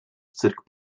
cyrk